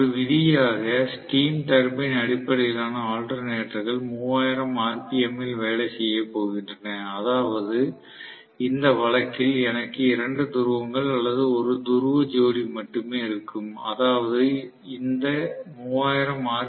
ஒரு விதியாக steam turbine அடிப்படையிலான ஆல்டர்நெட்டர்கள் 3000 ஆர்பிஎம்மில் வேலை செய்யப் போகின்றன அதாவது இந்த வழக்கில் எனக்கு இரண்டு துருவங்கள் அல்லது ஒரு துருவ ஜோடி மட்டுமே இருக்கும் அதாவது இந்த 3000 ஆர்